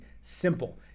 simple